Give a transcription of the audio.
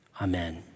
Amen